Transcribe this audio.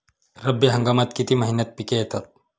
रब्बी हंगामात किती महिन्यांत पिके येतात?